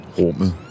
rummet